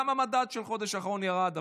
גם המדד של החודש האחרון ירד,